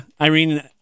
Irene